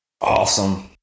Awesome